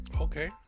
Okay